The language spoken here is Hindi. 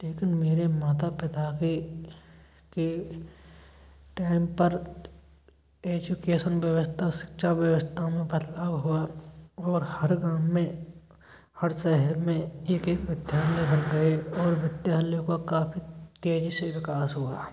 लेकिन मेरे माता पिता के के टाइम पर एजुकेसन व्यवस्था शिक्षा व्यवस्था में बदलाव हुआ और हर गाँव में हर शहर में एक एक विध्यालय बन गए और विध्यालयों का काफ़ी तेजी से विकास हुआ